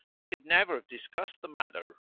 i should never have discussed the matter.